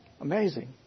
Amazing